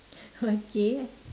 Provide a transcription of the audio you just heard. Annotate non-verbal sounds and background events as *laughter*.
*laughs* okay